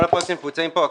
כל הפרויקטים שמבוצעים פה,